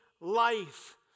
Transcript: life